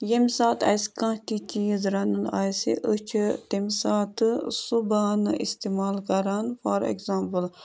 ییٚمہِ ساتہٕ اَسہِ کانٛہہ تہِ چیٖز رَنُن آسہِ أسۍ چھِ تَمہِ ساتہٕ سُہ بانہٕ استعمال کَران فار اٮ۪گزامپٕل